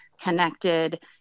connected